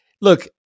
look